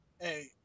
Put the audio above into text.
Hey